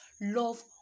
love